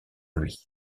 lui